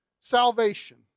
salvation